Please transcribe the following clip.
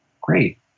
great